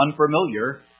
unfamiliar